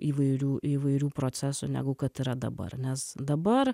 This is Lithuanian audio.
įvairių įvairių procesų negu kad yra dabar nes dabar